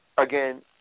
Again